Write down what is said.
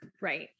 Right